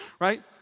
right